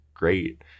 Great